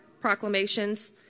proclamations